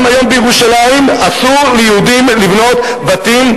גם היום בירושלים אסור ליהודים לבנות בתים,